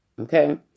Okay